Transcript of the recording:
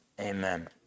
Amen